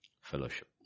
Fellowship